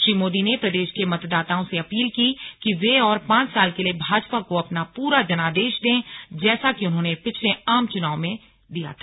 श्री मोदी ने प्रदेश के मतदाताओं से अपील की कि वे और पांच साल के लिए भाजपा को अपना पूरा जनादेश दें जैसा कि उन्होंने पिछले आम चुनाव में किया था